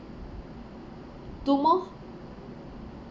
two more